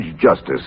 justice